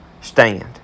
stand